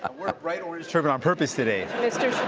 i wore a bright orange turban on purpose today.